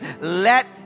let